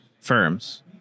firms